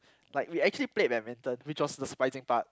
like we actually played badminton which was the surprising part